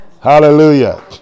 Hallelujah